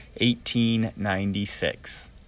1896